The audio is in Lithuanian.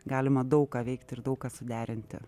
galima daug ką veikti ir daug ką suderinti